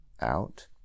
out